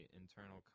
internal